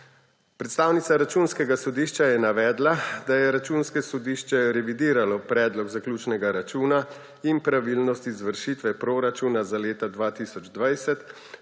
Predstavnica Računskega sodišča je navedla, da je Računsko sodišče revidiralo predlog zaključnega računa in pravilnost izvršitve proračuna za leto 2020